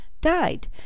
died